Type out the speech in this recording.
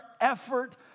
effort